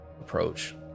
approach